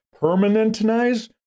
permanentize